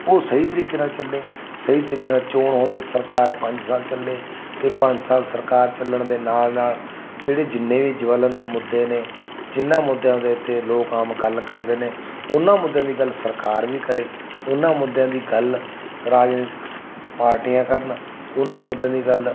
ਉਹ ਸਹੀ ਤਰੀਕੇ ਨਾਲ ਚੱਲੇ ਸਹੀ ਤਰੀਕੇ ਨਾਲ ਚੋਣ ਹੋਵੇ ਸਰਕਾਰ ਪੰਜ ਸਾਲ ਚੱਲੇ ਅਤੇ ਪੰਜ ਸਾਲ ਸਰਕਾਰ ਚੱਲਣ ਦੇ ਨਾਲ ਨਾਲ ਜਿਹੜੇ ਜਿੰਨੇ ਵੀ ਜਵਾਲਨਤ ਮੁੱਦੇ ਨੇ ਜਿਨ੍ਹਾਂ ਮੁੱਦਿਆਂ ਦੇ ਉੱਤੇ ਲੋਕ ਆਮ ਗੱਲ ਕਰਦੇ ਨੇ ਉਹਨਾਂ ਮੁੱਦਿਆਂ ਦੀ ਗੱਲ ਸਰਕਾਰ ਵੀ ਕਰੇ ਉਹਨਾਂ ਮੁੱਦਿਆਂ ਦੀ ਗੱਲ ਰਾਜਨੀਤਿਕ ਪਾਰਟੀਆਂ ਕਰਨ ਉਹਨਾਂ ਮੁੱਦਿਆਂ ਦੀ ਗੱਲ